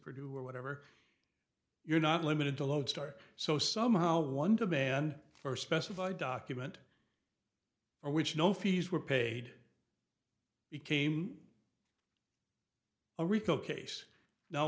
producer or whatever you're not limited to lodestar so somehow one demand for a specified document or which no fees were paid became a rico case now